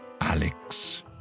Alex